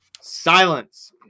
silence